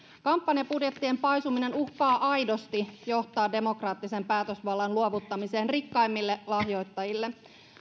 kampanjabudjettien paisuminen uhkaa aidosti johtaa demokraattisen päätösvallan luovuttamiseen rikkaimmille lahjoittajille